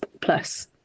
plus